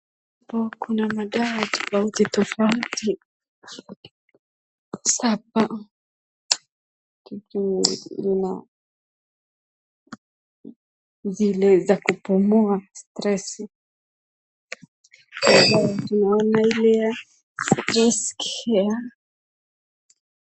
Hapa kuna dawa tofauti tofauti. Sasa hapa boksi lina zile za kupunguza stress . Hapa tunaona ile ya StressCare Max .